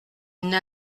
n’a